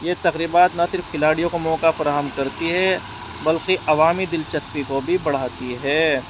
یہ تقریبات نہ صرف کھلاڑیوں کو موقع فراہم کرتی ہے بلکہ عوامی دلچسپی کو بھی بڑھاتی ہے